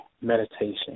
meditation